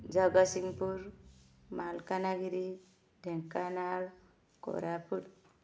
Jagatsinghpur Malkangiri Dhenkanal Koraput